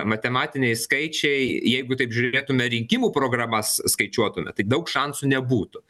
matematiniai skaičiai jeigu taip žiūrėtume rinkimų programas skaičiuotume tai daug šansų nebūtų